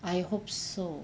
I hope so